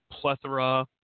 plethora